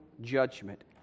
judgment